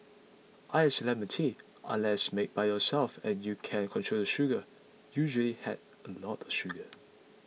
iced lemon tea unless made by yourself and you can control the sugar usually has a lot of sugar